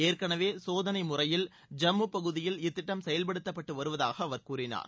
ஏற்கனவே சோதனை முறையில் ஜம்மு பகுதியில் இத்திட்டம் செயல்படுத்தப்பட்டு வருவதாக அவர் கூறினார்